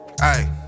Hey